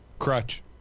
crutch